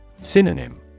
Synonym